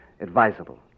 advisable